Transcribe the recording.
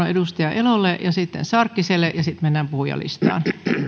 edustaja elolle ja sarkkiselle ja sitten mennään puhujalistaan